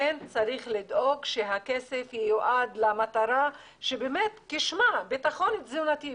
כן צריך לדאוג שהכסף ייועד למטרה שבאמת כשמה בטחון תזונתי.